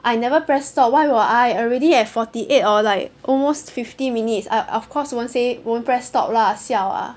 I never pressed stop why will I already at forty eight or like almost fifty minutes o~ of course won't say won't press stop lah siao ah